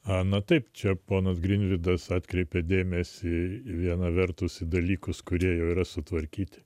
ana taip čia ponas grinvydas atkreipė dėmesį į vieną vertus dalykus kurie jau yra sutvarkyti